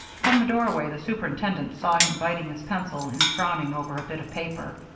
from the doorway the superintendent saw him biting his pencil and frowning over a bit of paper.